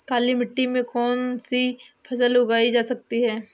काली मिट्टी में कौनसी फसल उगाई जा सकती है?